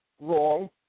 wrong